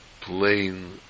plain